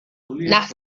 nach